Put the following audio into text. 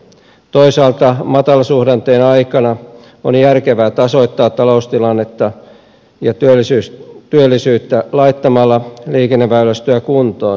toisaalta matalasuhdanteen aikana on järkevää tasoittaa taloustilannetta ja työllisyyttä laittamalla liikenneväylästöä kuntoon